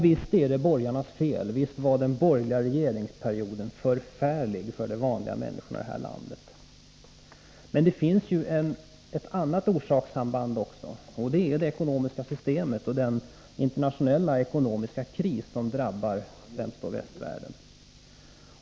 Visst är det borgarnas fel, visst var den borgerliga regeringsperioden förfärlig för de vanliga människorna i det här landet, men det finns ett annat orsakssamband också, och det är det ekonomiska systemet och den internationella ekonomiska kris som drabbar främst västvärlden.